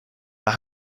but